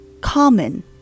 common